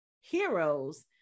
heroes